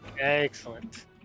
Excellent